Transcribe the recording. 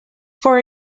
for